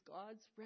God's